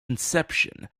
inception